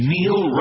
Neil